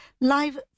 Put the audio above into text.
live